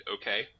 okay